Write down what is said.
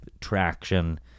traction